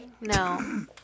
No